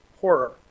Horror